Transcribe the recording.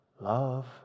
Love